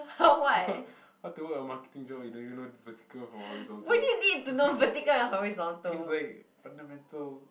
how to work a marketing job if you don't even know vertical from horizontal it's like fundamentals